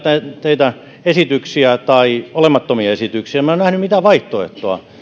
teidän esityksiänne tai olemattomia esityksiä minä en ole nähnyt mitään vaihtoehtoa